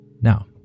Now